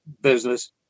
business